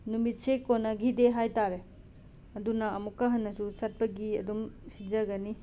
ꯅꯨꯃꯤꯠꯁꯦ ꯀꯣꯟꯅꯈꯤꯗꯦ ꯍꯥꯏ ꯇꯥꯔꯦ ꯑꯗꯨꯅ ꯑꯃꯨꯛꯀ ꯍꯟꯅꯁꯨ ꯆꯠꯄꯒꯤ ꯑꯗꯨꯝ ꯆꯤꯟꯖꯒꯅꯤ